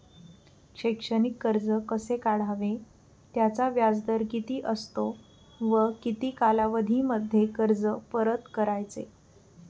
शैक्षणिक कर्ज कसे काढावे? त्याचा व्याजदर किती असतो व किती कालावधीमध्ये कर्ज परत करायचे?